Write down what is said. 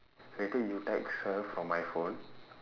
later you text her from my phone